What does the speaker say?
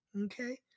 okay